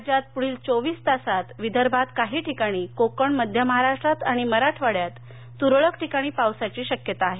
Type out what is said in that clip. राज्यात पुढील चोवीस तासात विदर्भात काही ठिकाणी कोकण मध्य महाराष्ट्र आणि मराठवड्यात तुरळक ठिकाणी पावसाची शक्यता आहे